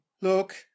Look